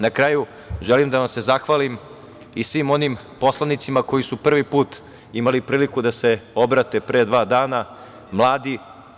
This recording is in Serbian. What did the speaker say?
Na kraju, želim da vas se zahvalim i svim onim poslanicima koji su prvi put imali priliku da se obrate pre dva dana, mladi.